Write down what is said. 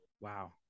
Wow